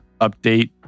update